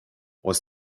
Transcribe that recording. was